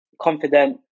confident